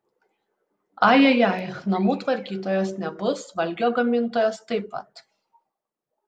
ai ai ai namų tvarkytojos nebus valgio gamintojos taip pat